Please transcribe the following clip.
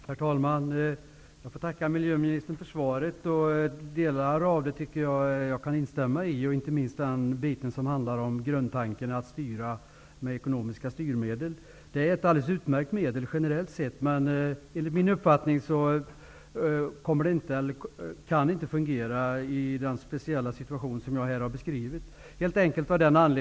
Herr talman! Jag får tacka miljöministern för svaret. Jag kan instämma i vissa delar, inte minst i den delen som handlade om att grundtanken är att styra med hjälp av ekonomiska styrmedel. Det är generellt sett ett alldeles utmärkt medel. Men enligt min uppfattning kan det inte fungera i den speciella situation som jag har beskrivit.